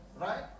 Right